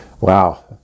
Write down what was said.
Wow